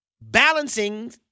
balancing